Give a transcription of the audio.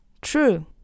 true